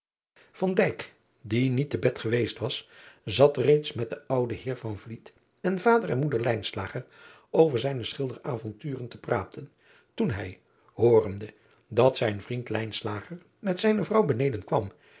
die niet te bed geweest was zat reeds met den ouden eer en ader en oeder over zijne schilderavonturen te praten toen hij hoorende dat zijn vriend met zijne vrouw beneden kwam